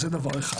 שנית,